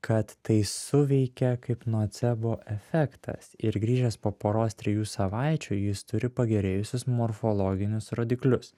kad tai suveikia kaip nocebo efektas ir grįžęs po poros trijų savaičių jis turi pagerėjusius morfologinius rodiklius